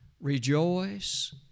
Rejoice